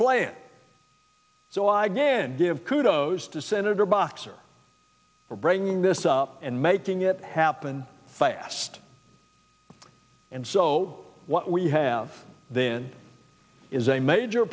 plan so i again give kudos to senator boxer for bringing this up and making it happen fast and so what we have then is a major